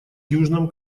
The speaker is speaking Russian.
южном